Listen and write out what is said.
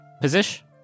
position